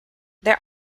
there